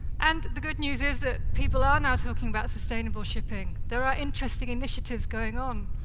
and the good news is that people are now talking about sustainable shipping. there are interesting initiatives going on.